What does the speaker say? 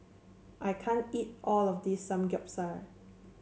I can't eat all of this Samgeyopsal